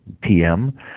PM